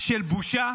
של בושה?